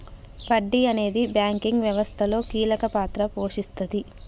వడ్డీ అనేది బ్యాంకింగ్ వ్యవస్థలో కీలక పాత్ర పోషిస్తాది